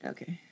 Okay